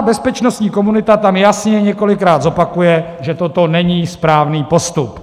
Bezpečnostní komunita tam jasně několikrát zopakuje, že toto není správný postup.